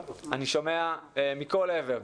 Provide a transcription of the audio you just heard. אני שומע מכל עבר,